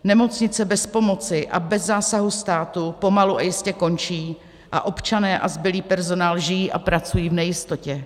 Nemocnice bez pomoci a bez zásahu státu pomalu a jistě končí a občané a zbylý personál žijí a pracují v nejistotě.